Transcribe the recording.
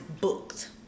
booked